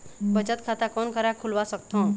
बचत खाता कोन करा खुलवा सकथौं?